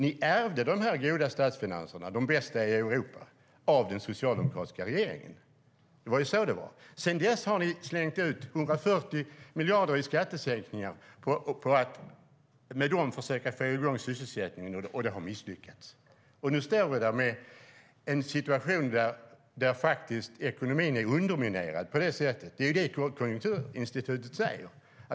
Ni ärvde dessa goda statsfinanser, de bästa i Europa, av den socialdemokratiska regeringen. Det var så det var. Sedan dess har ni slängt ut 140 miljarder i skattesänkningar och försökt få i gång sysselsättningen med dessa. Det har misslyckats. Nu står vi här med en situation där ekonomin är underminerad. Det är detta Konjunkturinstitutet säger.